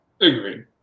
Agreed